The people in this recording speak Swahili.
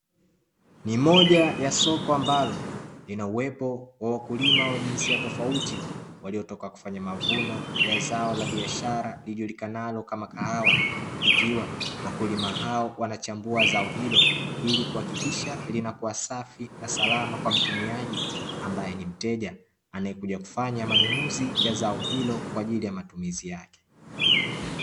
Ni moja ya soko ambalo lina uwepo wa wakulima wa jinsia tofauti waliotoka kufanya mavuno ya zao la biashara, lijulikanalo kama kahawa ikiwa wakulima hao wanachambua zao hilo ili kuhakikisha linakua safi na salama, kwa mtumiaji ambaye ni mteja anaekuja kufanya manunuzi ya zao hilo kwajili ya matumizi yake.